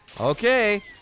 Okay